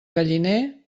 galliner